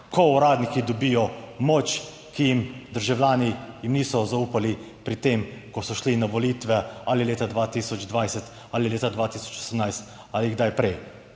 ko uradniki dobijo moč, ki jim državljani jim niso zaupali, pri tem, ko so šli na volitve ali leta 2020 ali leta 2018 ali kdaj prej,